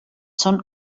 són